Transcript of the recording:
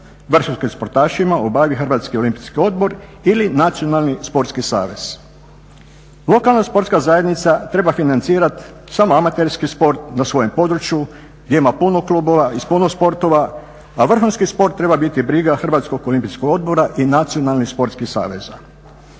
vrhunskim sportašima obavim Hrvatski olimpijski odbor ili Nacionalni sportski savez. Lokalna sportska zajednica treba financirati samo amaterski sport na svojem području gdje ima puno klubova i puno sportova, a vrhunski sport treba biti briga Hrvatsko olimpijskog odbora i Nacionalnih sportskih saveza.